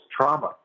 trauma